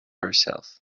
herself